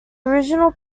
original